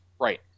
Right